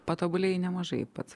patobulėjai nemažai pats